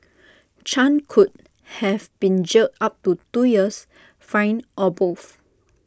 chan could have been jailed up to two years fined or both